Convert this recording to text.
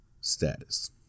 status